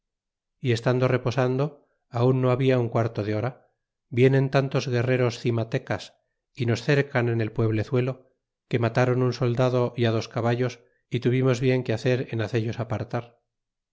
y estando reposando aun no habla un quarto de hora vienen tantos guerreros cimatecas y nos cercan en el pueblezuelo que matron un soldado y dos caballos y tuvimos bien que hacer en hacellos apartar